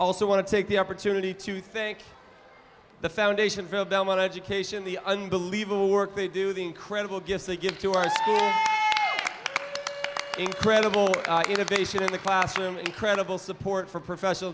also want to take the opportunity to think the foundation for belmont education the unbelievable work they do the incredible gift they give to our school incredible innovation in the classroom incredible support for professional